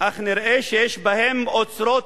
אך נראה שיש בהם אוצרות